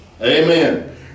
Amen